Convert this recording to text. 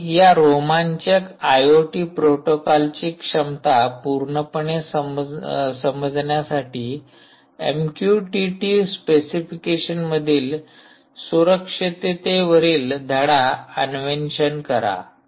तर या रोमांचक आयओटी प्रोटोकॉलची क्षमता पूर्णपणे समजण्यासाठी एमक्यूटीटी स्पेसिफिकेशनमधील सुरक्षिततेवरील धडा अन्वेषण करा